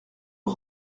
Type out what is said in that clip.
aux